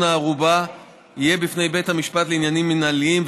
הערובה יהיה בפני בית המשפט לעניינים מינהליים,